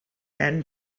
and